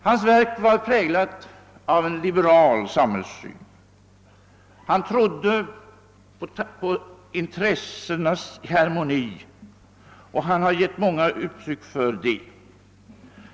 Hans verk var präglat av en liberal samhällssyn, han trodde på intressenas harmoni och han har givit många uttryck för det.